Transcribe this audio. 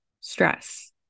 stress